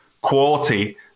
quality